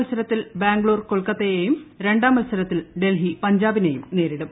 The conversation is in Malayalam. മത്സരത്തിൽ ബാംഗ്ലൂൾ കൊൽക്കത്തയേയും രണ്ടാം മത്സരത്തിൽ ഡൽഹി പഞ്ചാബിനെയും നേരിടും